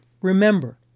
Remember